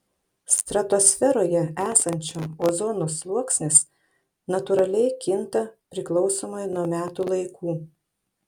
stratosferoje esančio ozono sluoksnis natūraliai kinta priklausomai nuo metų laikų